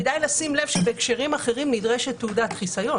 כדאי לשים לב שבהקשרים אחרים נדרשת תעודת חיסיון,